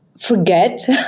forget